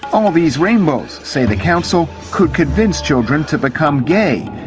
all these rainbows, say the council, could convince children to become gay,